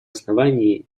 основании